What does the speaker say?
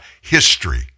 history